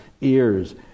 ears